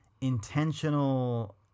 intentional